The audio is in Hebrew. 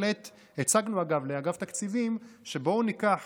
הצגנו, אגב, לאגף תקציבים, שבואו ניתן